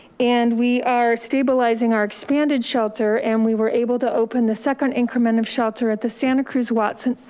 and we are stabilizing our expanded shelter, and we were able to open the second increment of shelter at the santa cruz watson,